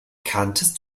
kanntest